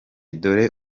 dore